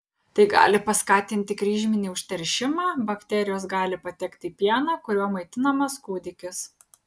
tai gali paskatinti kryžminį užteršimą bakterijos gali patekti į pieną kuriuo maitinamas kūdikis